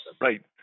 Right